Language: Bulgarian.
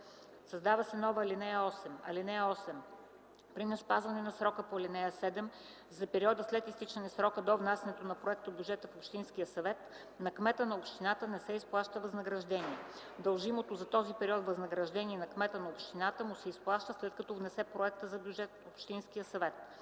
Създава се нова ал. 8: „(8) При неспазване на срока по ал. 7, за периода след изтичане на срока до внасянето на проектобюджета в общинския съвет, на кмета на общината не се изплаща възнаграждение. Дължимото за този период възнаграждение на кмета на общината му се изплаща, след като внесе проекта на бюджет в общинския съвет.”